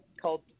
called